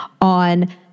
on